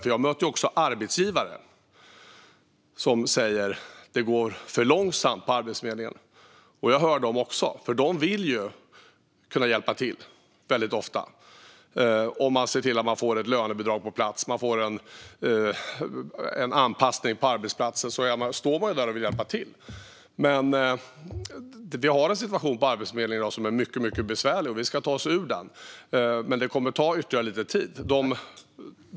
Jag möter arbetsgivare som säger att det går för långsamt på Arbetsförmedlingen, och jag hör dem också. De vill ofta hjälpa till om man kan få på plats ett lönebidrag och en anpassning på arbetsplatsen. Vi har en situation på Arbetsförmedlingen i dag som är mycket besvärlig. Vi ska ta oss ur den, men det kommer att ta ytterligare lite tid.